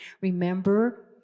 Remember